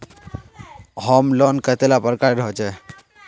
Home loan कतेला प्रकारेर होचे?